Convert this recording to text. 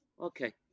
Okay